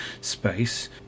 space